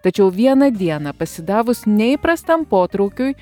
tačiau vieną dieną pasidavus neįprastam potraukiui